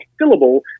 fillable